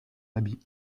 habit